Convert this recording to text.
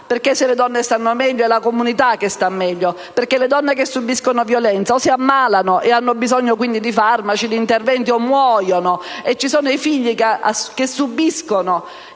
perché se le donne stanno meglio, è la comunità che sta meglio. Le donne che subiscono violenza, infatti, o si ammalano, e hanno bisogno di farmaci ed interventi, o muoiono e ci sono i figli che subiscono